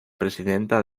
presidenta